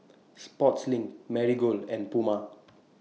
Sportslink Marigold and Puma